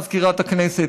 מזכירת הכנסת,